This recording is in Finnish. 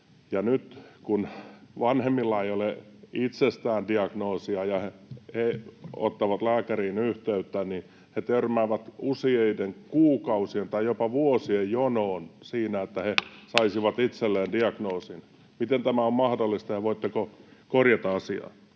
nyt, kun vanhemmilla ei ole itsestään diagnoosia ja he ottavat lääkäriin yhteyttä, niin he törmäävät useiden kuukausien tai jopa vuosien jonoon siinä, että he saisivat itselleen diagnoosin. Miten tämä on mahdollista, ja voitteko korjata asiaa?